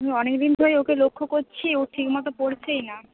হুম অনেক দিন ধরেই ওকে লক্ষ্য করছি ও ঠিক মতো পড়ছেই না